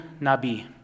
Nabi